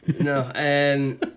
No